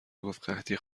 گفتقحطی